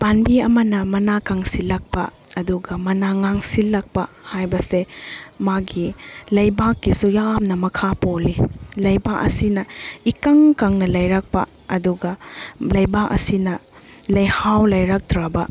ꯄꯥꯟꯕꯤ ꯑꯃꯅ ꯃꯅꯥ ꯀꯪꯁꯤꯜꯂꯛꯄ ꯑꯗꯨꯒ ꯃꯅꯥ ꯉꯥꯡꯁꯤꯜꯂꯛꯄ ꯍꯥꯏꯕꯁꯦ ꯃꯥꯒꯤ ꯂꯩꯕꯥꯛꯀꯤꯁꯨ ꯌꯥꯝꯅ ꯃꯈꯥ ꯄꯣꯜꯂꯤ ꯂꯩꯕꯥꯛ ꯑꯁꯤꯅ ꯏꯀꯪ ꯀꯪꯅ ꯂꯩꯔꯛꯄ ꯑꯗꯨꯒ ꯂꯩꯕꯥꯛ ꯑꯁꯤꯅ ꯂꯩꯍꯥꯎ ꯂꯩꯔꯛꯇ꯭ꯔꯕ